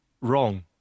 wrong